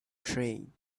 train